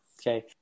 Okay